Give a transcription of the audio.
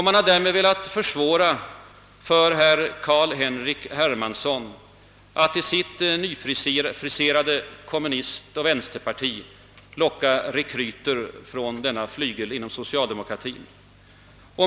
Man har därmed velat försvåra för herr Carl Henrik Hermansson att till sitt nyfriserade kommunistoch vänsterparti locka rekryter från denna flygel inom socialdemokratin.